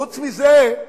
חוץ מזה,